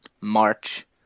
March